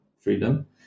freedom